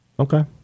Okay